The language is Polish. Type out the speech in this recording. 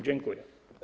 Dziękuję.